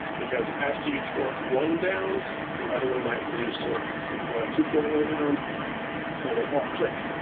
because after you torque one down, the other one might lose torque. so, you wanna keep going around until they all click.